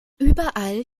überall